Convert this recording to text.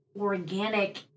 organic